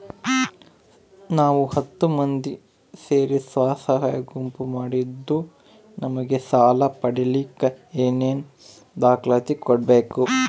ನಾವು ಹತ್ತು ಮಂದಿ ಸೇರಿ ಸ್ವಸಹಾಯ ಗುಂಪು ಮಾಡಿದ್ದೂ ನಮಗೆ ಸಾಲ ಪಡೇಲಿಕ್ಕ ಏನೇನು ದಾಖಲಾತಿ ಕೊಡ್ಬೇಕು?